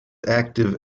active